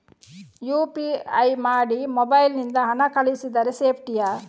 UPI ಮಾಡಿ mobile ನಿಂದ ಹಣ ಕಳಿಸಿದರೆ ಸೇಪ್ಟಿಯಾ?